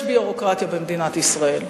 יש ביורוקרטיה במדינת ישראל,